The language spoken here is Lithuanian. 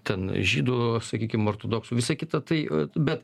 ten žydų sakykim ortodoksų visai kita tai bet